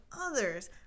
others